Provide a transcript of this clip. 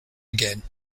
again